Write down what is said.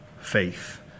faith